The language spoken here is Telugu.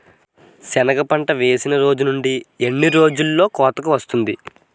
సెనగ పంట వేసిన రోజు నుండి ఎన్ని రోజుల్లో కోతకు వస్తాది?